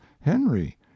Henry